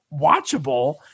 watchable